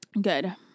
Good